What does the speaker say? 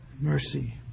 mercy